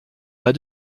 pas